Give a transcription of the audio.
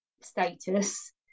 status